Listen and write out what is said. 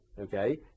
Okay